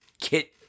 kit